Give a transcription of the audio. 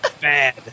bad